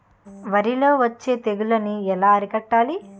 వరిలో వచ్చే తెగులని ఏలా అరికట్టాలి?